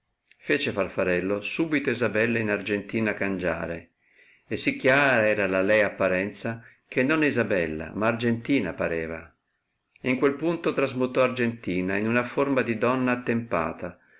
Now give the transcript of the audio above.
fece farfarello subito isabella in argentina cangiare e sì chiara era la lei apparenza die non isabella ma argentina pareva e in quel punto trasmutò argentina in una forma di donna attempata